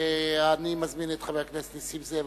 אני מזמין את חבר הכנסת נסים זאב,